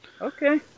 Okay